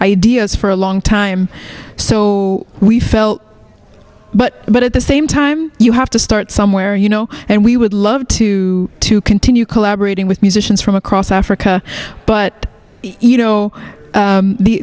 ideas for a long time so we felt but but at the same time you have to start somewhere you know and we would love to to continue collaborating with musicians from across africa but you know